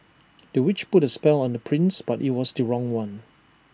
the witch put A spell on the prince but IT was the wrong one